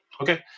okay